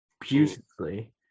beautifully